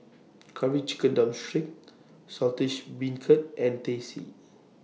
Curry Chicken Drumstick Saltish Beancurd and Teh C